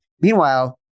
Meanwhile